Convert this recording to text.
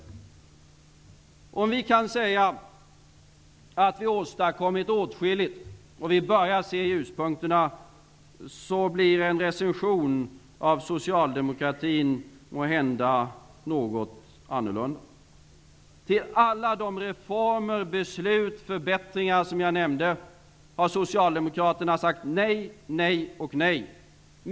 Medan vi kan säga att vi har åstadkommit åtskilligt och att vi börjar att se ljuspunkterna, blir en recension av socialdemokratin måhända något annorlunda. Till alla de reformer, beslut och förbättringar som jag har nämnt har Socialdemokraterna sagt nej, nej och nej.